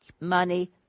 money